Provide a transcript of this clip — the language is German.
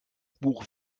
buch